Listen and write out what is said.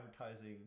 advertising